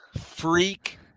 freak